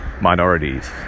minorities